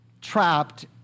Trapped